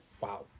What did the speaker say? Wow